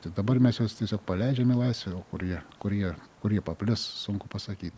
tai dabar mes juos tiesiog paleidžiam į laisvę o kur jie kur jie kur jie paplis sunku pasakyt